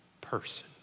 person